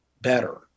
better